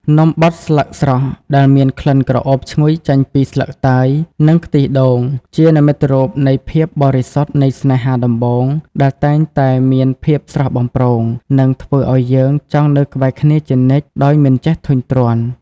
នំបត់ស្លឹកស្រស់ដែលមានក្លិនក្រអូបឈ្ងុយចេញពីស្លឹកតើយ និងខ្ទិះដូង ជានិមិត្តរូបនៃភាពបរិសុទ្ធនៃស្នេហាដំបូង ដែលតែងតែមានភាពស្រស់បំព្រង និងធ្វើឱ្យយើងចង់នៅក្បែរគ្នាជានិច្ចដោយមិនចេះធុញទ្រាន់។